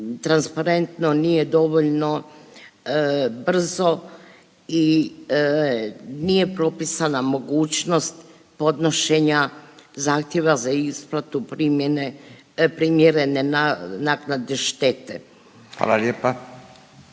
transparentno, nije dovoljno brzo i nije propisana mogućnost podnošenja zahtjeva za isplatu primjene, primjerene naknade štete.…/Upadica